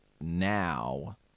now